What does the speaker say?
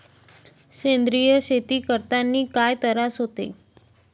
सेंद्रिय शेती करतांनी काय तरास होते?